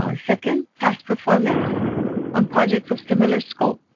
ah second past performance on projects of similar scope